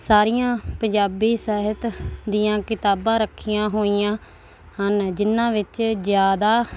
ਸਾਰੀਆਂ ਪੰਜਾਬੀ ਸਾਹਿਤ ਦੀਆਂ ਕਿਤਾਬਾਂ ਰੱਖੀਆਂ ਹੋਈਆਂ ਹਨ ਜਿਹਨਾਂ ਵਿੱਚ ਜ਼ਿਆਦਾ